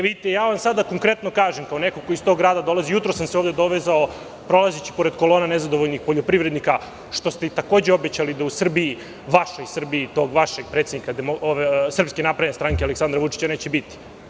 Vidite, ja vam sada konkretno kažem, kao neko ko iz tog grada dolazi, jutros sam se ovde dovezao prolazeći pored kolone nezadovoljnih poljoprivrednika, za koje ste takođe obećali da ih u Srbiji, vašoj Srbiji, tog vašeg predsednika SNS, Aleksandra Vučića, neće biti.